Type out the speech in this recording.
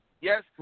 Yes